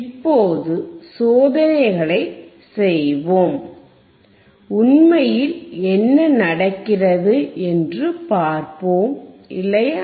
இப்போது சோதனைகளைச் செய்வோம் உண்மையில் என்ன நடக்கிறது என்று பார்ப்போம் இல்லையா